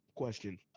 question